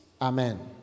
Amen